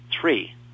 three